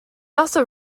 also